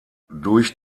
durch